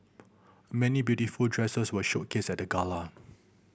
many beautiful dresses were showcased at the gala